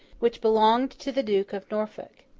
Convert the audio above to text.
which belonged to the duke of norfolk.